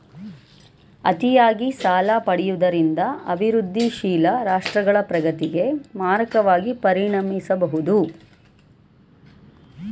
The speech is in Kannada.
ಅತಿಯಾಗಿ ಸಾಲ ಪಡೆಯುವುದರಿಂದ ಅಭಿವೃದ್ಧಿಶೀಲ ರಾಷ್ಟ್ರಗಳ ಪ್ರಗತಿಗೆ ಮಾರಕವಾಗಿ ಪರಿಣಮಿಸಬಹುದು